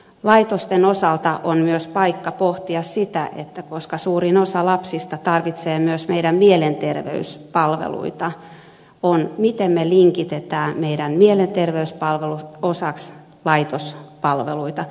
laitosten osalta on myös paikka pohtia sitä koska suurin osa lapsista tarvitsee myös mielenterveyspalveluita miten me linkitämme mielenterveyspalvelut osaksi laitospalveluita